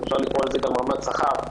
אפשר לקרוא לזה גם רמת שכר.